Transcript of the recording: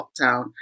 lockdown